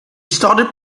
started